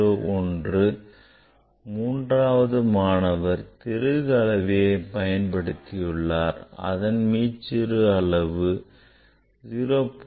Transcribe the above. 01 மூன்றாம் மாணவர் திருகு அளவி பயன்படுத்தியுள்ளார் அதன் மீச்சிறு அளவு 0